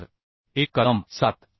1 कलम 7